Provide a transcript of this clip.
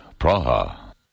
Praha